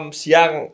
siang